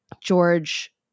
George